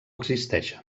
existeixen